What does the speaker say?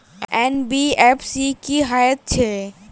NBFC की हएत छै?